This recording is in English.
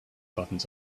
buttons